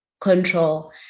control